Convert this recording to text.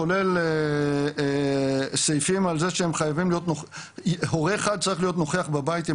סעיפים כולל סעיפים על זה שהורה אחד צריך להיות נוכח בבית עם